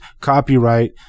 Copyright